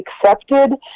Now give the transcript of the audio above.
accepted